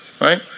right